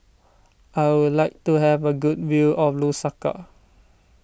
I would like to have a good view of Lusaka